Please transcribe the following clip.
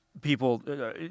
people